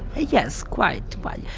yes, quite, quite.